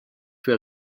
für